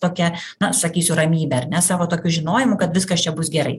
tokia na sakysiu ramybe ar ne savo tokiu žinojimu kad viskas čia bus gerai